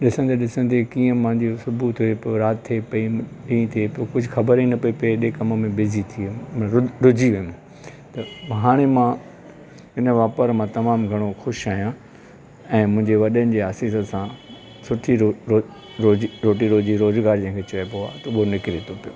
ॾिसंदे ॾिसंदे कीअं मुंहिंजी सुबुह थिए पोइ राति थिए पई ॾींहुं थिए पियो कुझु ख़बरु ई न पई पए एॾे कम में बिज़ी थी वियुमि रुझी वियुमि त हाणे मां इन वापार मां तमामु घणो ख़ुशि आहियां ऐं मुंहिंजे वॾनि जे आसीस सां सुठी रोज़ी रोटी रोज़ी रोज़गारु जंहिंखे चइबो आहे त उहो निकिरे थो उहो पियो